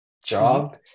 Job